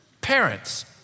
Parents